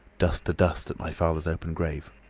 dust to dust at my father's open grave.